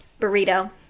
Burrito